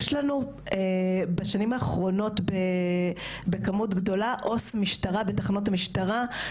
יש לנו בשנים האחרונות בכמות גדולה עו"ס משטרה בתחנות המשטרה.